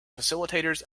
facilitators